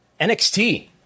NXT